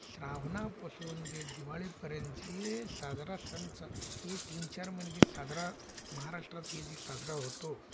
श्रावणापासून जे दिवाळीपर्यंत जे साजरा सणाचा हे तीन चार म्हणे जे साजरा महाराष्ट्रात हे जी साजरा होतो